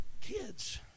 Kids